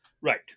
right